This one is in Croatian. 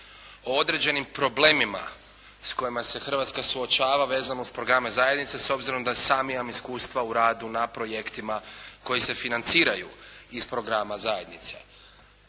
o određenim problemima s kojima se Hrvatska suočava vezano uz programe zajednice s obzirom da sam imam iskustva u radu na projektima koji se financiraju iz programa zajednice.